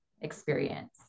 experience